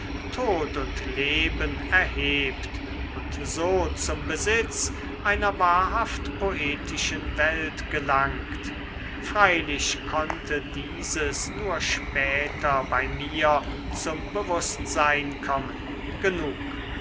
tod und leben erhebt und so zum besitz einer wahrhaft poetischen welt gelangt freilich konnte dieses nur später bei mir zum bewußtsein kommen genug